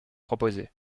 proposés